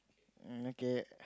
um okay